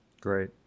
Great